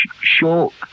short